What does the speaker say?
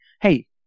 Hey